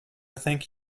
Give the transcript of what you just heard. thank